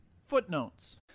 Footnotes